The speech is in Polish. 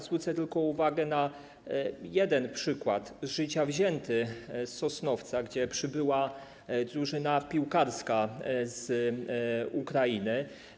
Zwrócę tylko uwagę na jeden przykład z życia wzięty z Sosnowca, gdzie przybyła drużyna piłkarska z Ukrainy.